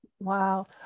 Wow